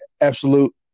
absolute